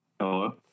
hello